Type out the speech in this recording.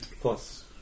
Plus